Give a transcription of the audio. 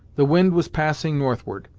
the wind was passing northward,